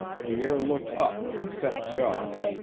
pierre looked up with set jaws,